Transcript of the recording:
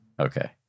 Okay